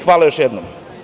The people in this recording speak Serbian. Hvala još jednom.